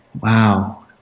Wow